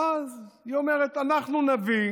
ואז היא אומרת: אנחנו נביא